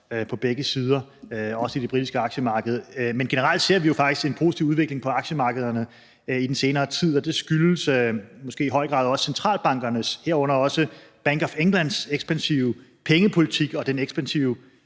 på begge sider, også i det britiske aktiemarked. Men generelt ser vi jo faktisk en positiv udvikling på aktiemarkederne i den senere tid, og det skyldes måske i høj grad også centralbankernes, herunder også Bank of Englands, ekspansive pengepolitik og den ekspansive